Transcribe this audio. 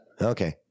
Okay